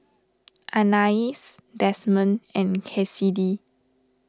Anais Desmond and Cassidy